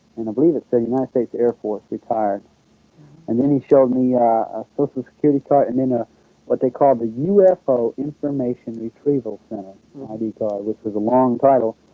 and i believe it said united states air force retired and then he showed me social security card and then ah what they called the ufo information retrieval center id card which was a long title